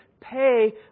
pay